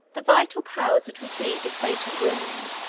the vital powers had received a fatal wound,